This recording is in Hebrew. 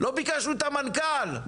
לא ביקשנו את המנכ"ל.